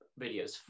videos